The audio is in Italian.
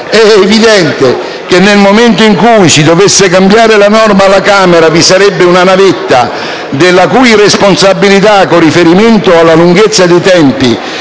evidente che, nel momento in cui si dovesse cambiare la norma alla Camera, vi sarebbe una navetta la cui responsabilità, con riferimento alla lunghezza dei tempi,